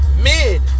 mid